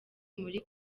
muri